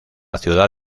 ciudad